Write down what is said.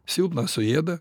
silpną suėda